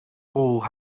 hole